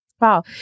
Wow